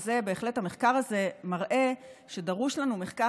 בהחלט המחקר הזה מראה שדרוש לנו מחקר